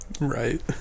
right